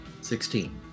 Sixteen